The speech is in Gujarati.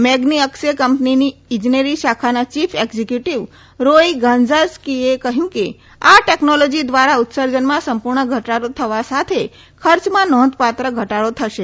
મેઝની અક્સ કંપનીની ઇજનેરી શાખાના ચીફ એક્ઝિક્યુટીવ રોઈ ગાન્ઝારસ્કીએ કહ્યું કે આ ટેકનોલોજીદ્રારા ઉત્સર્જનમાં સંપૂર્ણ ઘટાડો થવા સાથે ખર્ચમાં નોંધપાત્ર ઘટાડો થશે